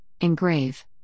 engrave